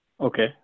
Okay